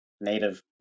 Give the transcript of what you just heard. native